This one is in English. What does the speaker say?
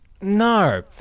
No